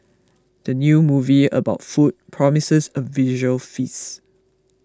the new movie about food promises a visual feast